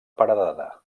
paredada